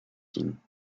dienen